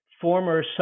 former